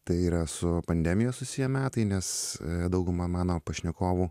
tai yra su pandemija susiję metai nes dauguma mano pašnekovų